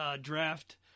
draft